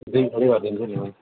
दुई प्लेट गरिदिन्छु नि है